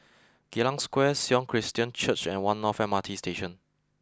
Geylang Square Sion Christian Church and One North M R T Station